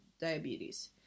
diabetes